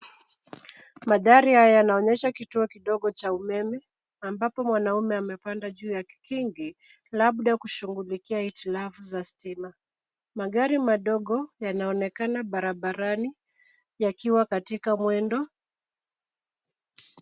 Magari haya yanaonyesha kituo kidogo cha umeme ambapo mwanaume amepanda juu ya kikingi, labda kushughulikia hitilafu za stima. Magari madogo yanaonekana barabarani yakiwa katika mwendo.